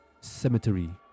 cemetery